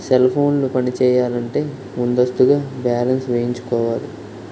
cell ఫోన్లు పనిచేయాలంటే ముందస్తుగా బ్యాలెన్స్ వేయించుకోవాలి